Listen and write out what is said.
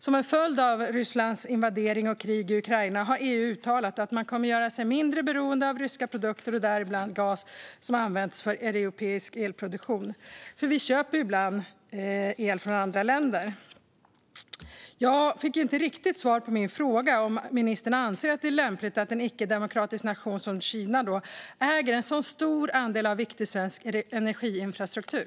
Som en följd av Rysslands invasion och krig i Ukraina har EU uttalat att man kommer att göra sig mindre beroende av ryska produkter, däribland gas som används för europeisk elproduktion. Vi köper ju ibland el från andra länder. Jag fick inte riktigt svar på min fråga om ministern anser att det är lämpligt att en icke-demokratisk nation som Kina äger en så stor andel av viktig svensk energiinfrastruktur.